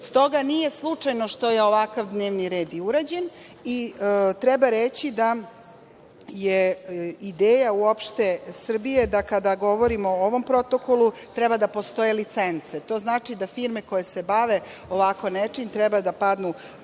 toga nije slučajno što je ovakav dnevni red i urađen, i treba reći da je ideja uopšte Srbije, da kada govorimo o ovom protokolu, treba da postoje licence. To znači da firme koje se bave ovako nečim, treba da padnu